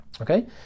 Okay